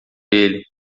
ele